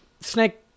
Snake